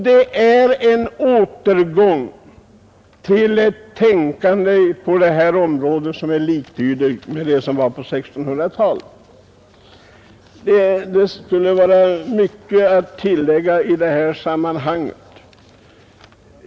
Det är en återgång till ett tänkande på detta område som är liktydigt med det som förekom på 1600-talet. Det skulle vara mycket att tillägga i detta sammanhang.